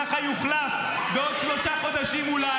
כמה רעל, כמה רעל אתם יכולים